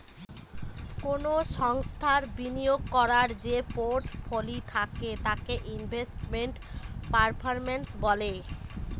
কোনো সংস্থার বিনিয়োগ করার যে পোর্টফোলি থাকে তাকে ইনভেস্টমেন্ট পারফরম্যান্স বলে